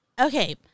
okay